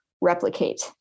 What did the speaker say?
replicate